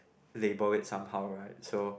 label it somehow right so